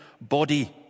body